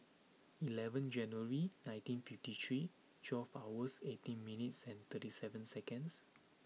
eleventh January nineteen fifty three twelve hours eighteen minutes and thirty seven seconds